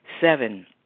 Seven